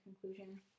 conclusion